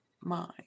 mind